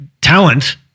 talent